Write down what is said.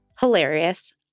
hilarious